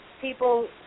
people